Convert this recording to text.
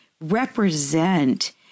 represent